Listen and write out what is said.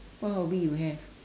what hobby you have